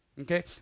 Okay